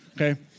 Okay